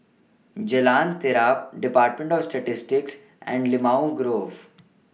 Jalan Terap department of Statistics and Limau Grove